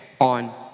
on